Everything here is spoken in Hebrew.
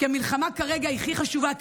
כי המלחמה כרגע היא הכי חשובה,